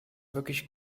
wirklich